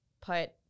put